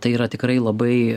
tai yra tikrai labai